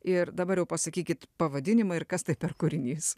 ir dabar jau pasakykit pavadinimą ir kas tai per kūrinys